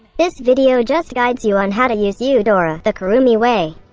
this video just guides you on how to use eudora, the kurumi way.